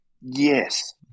Yes